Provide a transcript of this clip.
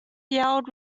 yelled